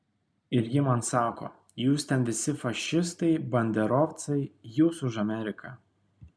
ir ji man sako jūs ten visi fašistai banderovcai jūs už ameriką